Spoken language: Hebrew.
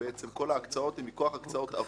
ההקצאות הן מכוח הקצאות עבר,